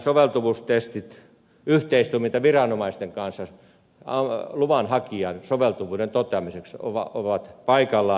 soveltuvuustestit yhteistoimintaviranomaisten kanssa luvanhakijan soveltuvuuden toteamiseksi ovat paikallaan